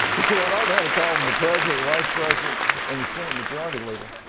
because i had already had a call from the president, the vice president and the senate majority leader.